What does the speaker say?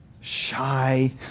shy